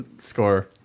score